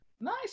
nice